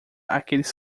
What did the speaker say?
aqueles